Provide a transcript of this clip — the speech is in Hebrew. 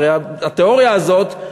הרי התיאוריה הזאת,